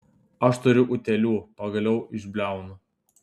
aš turiu utėlių pagaliau išbliaunu